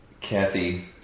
Kathy